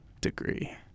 degree